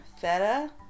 feta